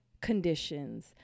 conditions